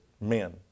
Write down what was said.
men